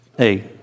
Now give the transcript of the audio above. Hey